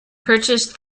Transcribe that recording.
purchased